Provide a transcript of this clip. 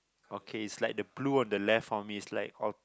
okay is like the blue on the left for me is like all